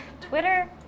Twitter